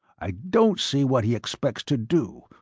i don't see what he expects to do,